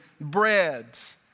breads